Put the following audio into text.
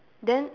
then